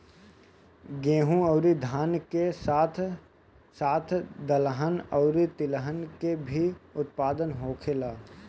गेहूं अउरी धान के साथ साथ दहलन अउरी तिलहन के भी उत्पादन होखेला